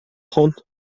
trente